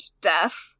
death